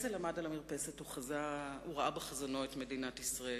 כשהרצל עמד על המרפסת הוא ראה בחזונו את מדינת ישראל.